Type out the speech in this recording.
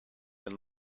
and